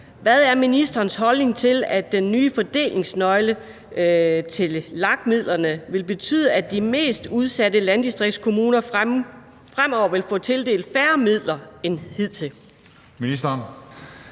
Hvad er ministerens holdning til, at den nye fordelingsnøgle til LAG-midlerne vil betyde, at de mest udsatte landdistriktskommuner fremover vil få tildelt færre midler end hidtil?